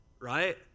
right